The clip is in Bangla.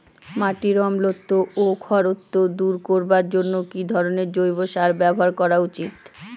মাটির অম্লত্ব ও খারত্ব দূর করবার জন্য কি ধরণের জৈব সার ব্যাবহার করা উচিৎ?